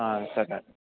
సరే